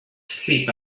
sleep